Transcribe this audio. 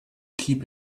keep